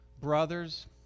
Brothers